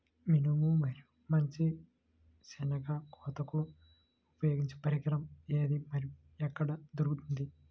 మినుము మరియు మంచి శెనగ కోతకు ఉపయోగించే పరికరం ఏది మరియు ఎక్కడ దొరుకుతుంది?